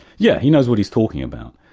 yeah he knows what he's talking about,